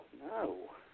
No